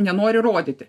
nenori rodyti